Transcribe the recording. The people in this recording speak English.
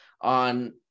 on